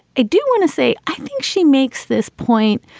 i do want to say i think she makes this point.